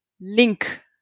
link